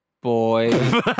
boy